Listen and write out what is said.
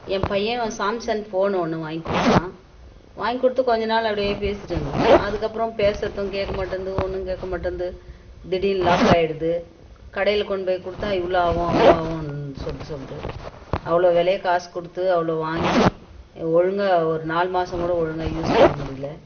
என் பையன் Samsung phone ஒன்று வாங்கிக் கொடுத்தான் வாங்கிக் கொடுத்து கொஞ்ச நாள் அப்படியே பேசிட்டு இருந்தோம் அதுக்கப்பறம் பேசுறதும் கேட்க மாட்டேன்து ஒன்றும் கேட்க மாட்டேன்து திடிர்னு லாக் ஆகிடுது கடையில் கொண்டு போய் கொடுத்தா இவ்வளோ ஆகும் அவ்வளோ ஆகும் சொல்லிட்டு சொல்லுது அவ்வளோ விலைய காசு கொடுத்து அவ்வளோ வாங்கி ஒழுங்காக ஒரு நாலு மாதம் கூட ஒழுங்காக யூஸ் பண்ண முடியல